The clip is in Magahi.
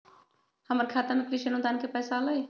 हमर खाता में कृषि अनुदान के पैसा अलई?